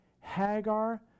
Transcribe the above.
Hagar